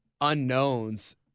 unknowns